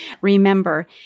remember